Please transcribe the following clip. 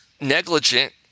negligent